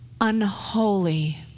unholy